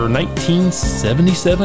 1977